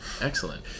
Excellent